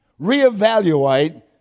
Reevaluate